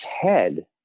head